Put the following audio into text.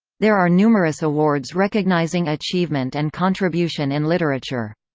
there are numerous awards recognizing achievement and contribution in literature.